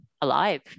alive